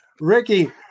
Ricky